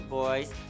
boys